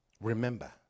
remember